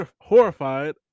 horrified